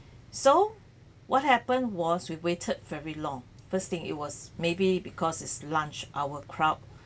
so what happen was we waited very long first thing it was maybe because it's lunch hour crowd